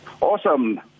Awesome